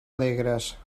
alegres